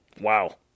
wow